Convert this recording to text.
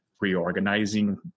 reorganizing